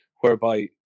whereby